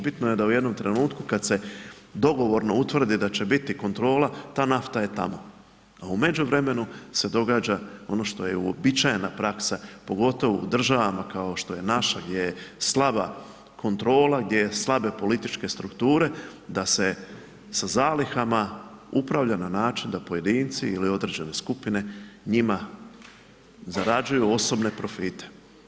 Bitno je da u jednom trenutku kada se dogovorno utvrdi da će biti kontrola ta nafta je tamo a u međuvremenu se događa ono što je i uobičajena praksa pogotovo u državama kao što je naša gdje je slaba kontrola, gdje su slabe političke strukture da se sa zalihama upravlja na način da pojedinci ili određene skupine njima zarađuju osobne profite.